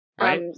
right